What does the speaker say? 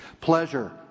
pleasure